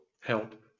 help